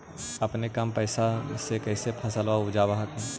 अपने कम पैसा से कैसे फसलबा उपजाब हखिन?